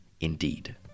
indeed